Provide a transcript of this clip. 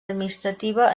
administrativa